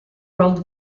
world